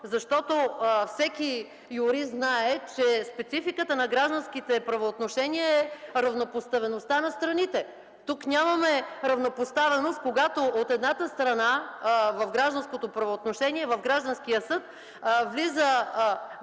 Защото всеки юрист знае, че спецификата на гражданските правоотношения е равнопоставеността на страните. Тук нямаме равнопоставеност, когато от едната страна в гражданското правоотношение, в гражданския съд влиза